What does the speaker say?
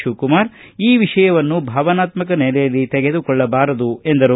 ಶಿವಕುಮಾರ ಈ ವಿಷಯವನ್ನು ಭಾವನಾತ್ಸಕ ನೆಲೆಯಲ್ಲಿ ತೆಗೆದುಕೊಳ್ಳಬಾರದು ಎಂದರು